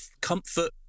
Comfort